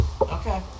Okay